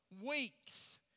weeks